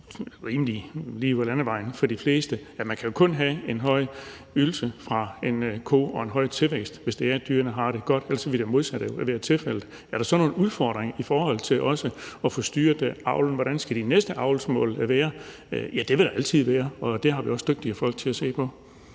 er rimelig ligeud ad landevejen for de fleste, at man jo kun kan få en høj ydelse fra en ko og en høj tilvækst, hvis det er, at dyrene har det godt, for ellers ville det modsatte jo være tilfældet. Er der så også nogle udfordringer i forhold til at få styret avlen, og hvordan de næste avlsmål skal være? Ja, det vil der altid være, og det har vi også dygtige folk til at se på.